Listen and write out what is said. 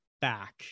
back